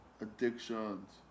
addictions